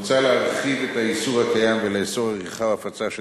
מוצע להרחיב את האיסור הקיים ולאסור עריכה או הפצה של